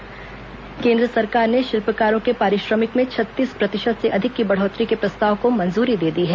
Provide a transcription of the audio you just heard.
शिल्पकार पारिश्रमिक केंद्र सरकार ने शिल्पकारों के पारिश्रमिक में छत्तीस प्रतिशत से अधिक की बढ़ोत्तरी के प्रस्ताव को मंजूरी दे दी है